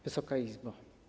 Wysoka Izbo!